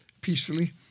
peacefully